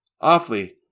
awfully